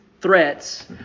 threats